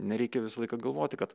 nereikia visą laiką galvoti kad